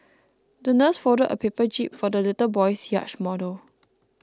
the nurse folded a paper jib for the little boy's yacht model